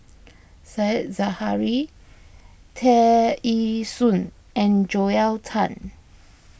Said Zahari Tear Ee Soon and Joel Tan